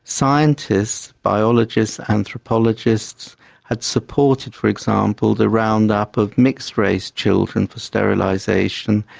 scientists, biologists, anthropologists had supported for example the round up of mixed race children for sterilisation.